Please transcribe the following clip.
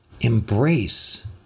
embrace